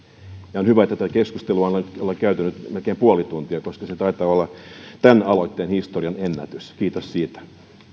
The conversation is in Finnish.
on hyvä että tätä keskustelua ollaan käyty nyt melkein puoli tuntia koska se taitaa olla tämän aloitteen historian ennätys kiitos siitä